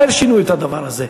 מהר שינו את הדבר הזה,